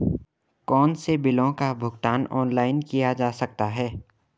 कौनसे बिलों का भुगतान ऑनलाइन किया जा सकता है?